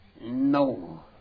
No